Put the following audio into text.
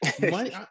money